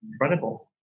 Incredible